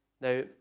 now